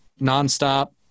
nonstop